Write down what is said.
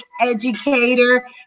educator